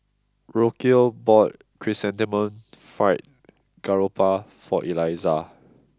Rocio bought Chrysanthemum Fried Garoupa for Eliza